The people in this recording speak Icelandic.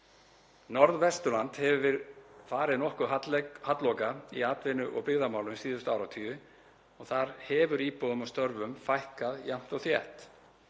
Norðvesturland hefur farið nokkuð halloka í atvinnu- og byggðamálum síðustu áratugi og þar hefur íbúum og störfum fækkað jafnt og þétt.